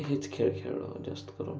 हेच खेळ खेळलो जास्त करून